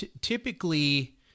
typically